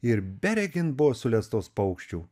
ir beregint buvo sulestos paukščių